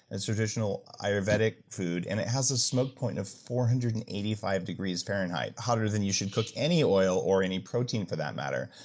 it's traditional ayurvedic food. and it has a smoke point of four hundred and eighty five degrees fahrenheit hotter than you should cook any oil or any protein for that matter.